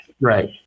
Right